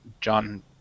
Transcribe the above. John